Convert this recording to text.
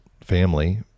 family